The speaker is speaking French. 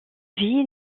vie